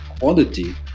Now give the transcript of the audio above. quality